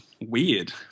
weird